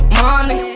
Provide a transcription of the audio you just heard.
money